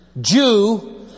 Jew